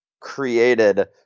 created